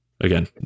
again